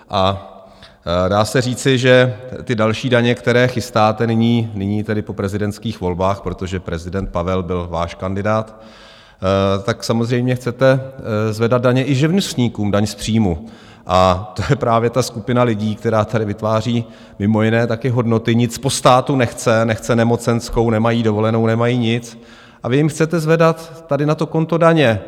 A dá se říci, že ty další daně, které chystáte nyní tedy po prezidentských volbách, protože prezident Pavel byl váš kandidát samozřejmě chcete zvedat daně i živnostníkům, daň z příjmu, a to je právě ta skupina lidí, která tady vytváří mimo jiné taky hodnoty, nic po státu nechce, nechce nemocenskou, nemají dovolenou, nemají nic, a vy jim chcete zvedat tady na to konto daně.